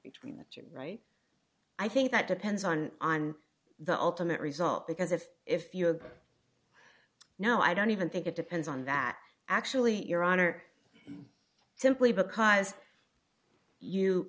between the two right i think that depends on on the ultimate result because if if you know i don't even think it depends on that actually your honor simply because you